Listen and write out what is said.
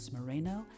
Moreno